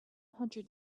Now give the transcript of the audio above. hundred